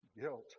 guilt